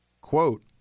Quote